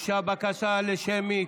הוגשה בקשה לשמית.